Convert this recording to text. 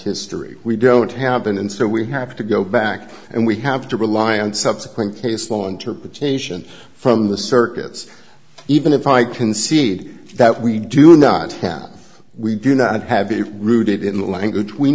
history we don't have been and so we have to go back and we have to rely on subsequent case law interpretation from the circuits even if i concede that we do not have we do not have a rooted in the language we